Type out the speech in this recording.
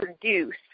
produce